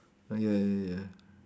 ah ya ya ya